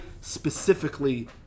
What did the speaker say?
specifically